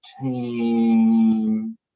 team